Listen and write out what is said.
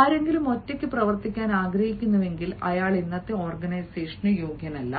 ആരെങ്കിലും ഒറ്റയ്ക്ക് പ്രവർത്തിക്കാൻ ആഗ്രഹിക്കുന്നുവെങ്കിൽ അയാൾ ഇന്നത്തെ ഓർഗനൈസേഷന് യോഗ്യനല്ല